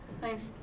Thanks